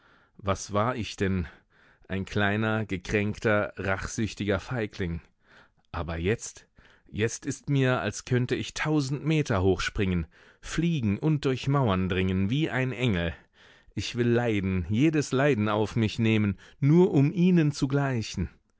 was war ich denn ein kleiner gekränkter rachsüchtiger feigling aber jetzt jetzt ist mir als könnte ich tausend meter hoch springen fliegen und durch mauern dringen wie ein engel ich will leiden jedes leiden auf mich nehmen nur um ihnen zu gleichen